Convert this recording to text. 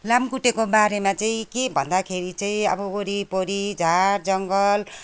लामखुट्टेको बारेमा चाहिँ के भन्दाखेरि चाहिँ अब वरिपरि झारजङ्गल